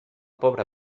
pobre